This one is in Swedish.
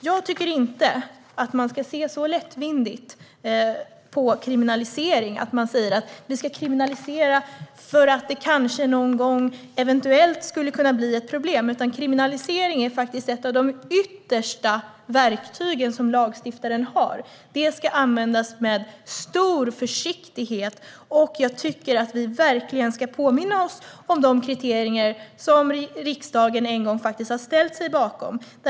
Jag tycker inte att man ska se så lättvindigt på kriminalisering att man säger att vi ska kriminalisera för att det kanske någon gång eventuellt skulle kunna bli ett problem. Kriminalisering är faktiskt ett av de yttersta verktyg som lagstiftaren har. Det ska användas med stor försiktighet. Jag tycker att vi verkligen ska påminna oss om de kriterier som riksdagen en gång har ställt sig bakom.